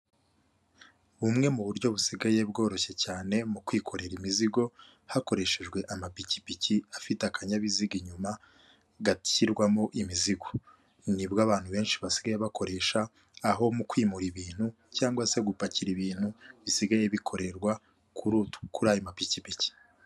Umuhanda nyabagendwa aho bigaragara ko ukorerwamo mu byerekezo byombi, ku ruhande rw'uburyo bw'umuhanda hakaba haparitse abamotari benshi cyane bigaragara ko bategereje abagenzi kandi hirya hakagaragara inzu nini cyane ubona ko ikorerwamo ubucuruzi butandukanye, ikirere kikaba gifite ishusho isa n'umweru.